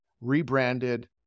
rebranded